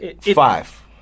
Five